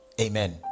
Amen